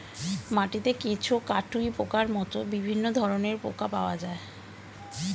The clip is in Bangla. মাটিতে কেঁচো, কাটুই পোকার মতো বিভিন্ন ধরনের পোকা পাওয়া যায়